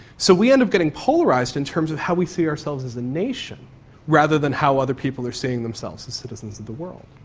so we end up getting polarised in terms of how we see ourselves as a nation rather than how other people are seeing themselves as citizens of the world.